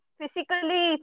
physically